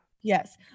yes